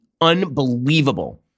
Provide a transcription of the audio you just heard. unbelievable